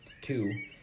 two